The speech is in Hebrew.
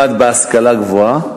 1. בהשכלה הגבוהה,